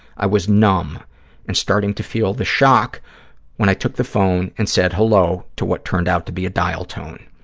i was numb and starting to feel the shock when i took the phone and said hello to what turned out to be a dial tone.